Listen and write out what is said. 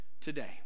today